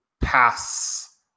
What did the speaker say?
pass